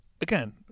Again